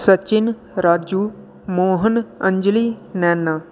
सचिन राजू मोहन अजंली नैना